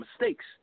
mistakes